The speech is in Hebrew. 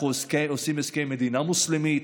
אנחנו עושים הסכם עם מדינה מוסלמית,